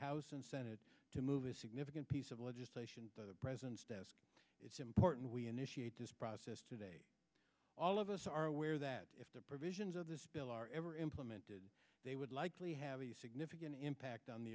house and senate to move a significant piece of legislation to the president's desk it's important we initiate this process today all of us are aware that if the provisions of this bill are ever implemented they would likely have a significant impact on the